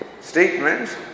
statements